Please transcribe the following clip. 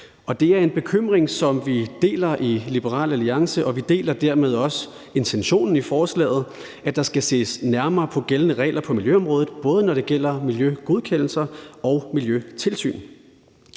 det er en bekymring, som vi deler i Liberal Alliance, og vi deler dermed også intentionen i forslaget, altså at der skal ses nærmere på de gældende regler på miljøområdet, både når det gælder miljøgodkendelser og miljøtilsyn.